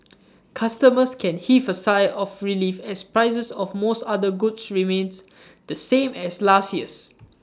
customers can heave A sigh of relief as prices of most other goods remains the same as last year's